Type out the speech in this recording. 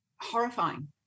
horrifying